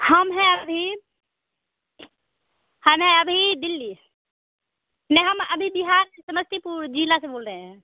हम है अभी हम है अभी डिल्ली नहीं हम अभी बिहार से समस्तीपुर ज़िले से बोल रहे हैं